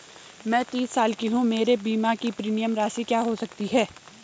मैं तीस साल की हूँ मेरे बीमे की प्रीमियम राशि क्या हो सकती है?